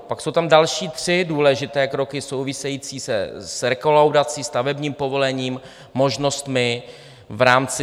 Pak jsou tam další tři důležité kroky související s rekolaudací, stavebním povolením, možnostmi v rámci SVJ.